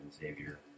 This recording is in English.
Savior